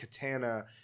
Katana